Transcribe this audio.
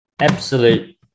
absolute